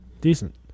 decent